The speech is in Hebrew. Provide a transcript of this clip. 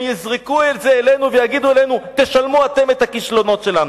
הם יזרקו את זה אלינו ויגידו לנו: תשלמו אתם על הכישלונות שלנו.